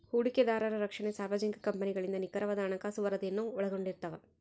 ಹೂಡಿಕೆದಾರರ ರಕ್ಷಣೆ ಸಾರ್ವಜನಿಕ ಕಂಪನಿಗಳಿಂದ ನಿಖರವಾದ ಹಣಕಾಸು ವರದಿಯನ್ನು ಒಳಗೊಂಡಿರ್ತವ